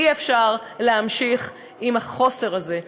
אי-אפשר להמשיך עם החוסר הזה.